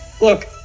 look